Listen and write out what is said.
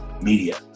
Media